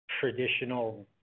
traditional